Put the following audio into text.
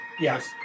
Yes